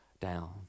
down